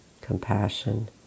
Compassion